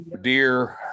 deer